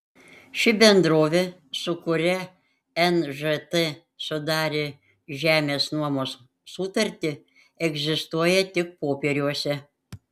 ši bendrovė su kuria nžt sudarė žemės nuomos sutartį egzistuoja tik popieriuose